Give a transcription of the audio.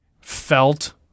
felt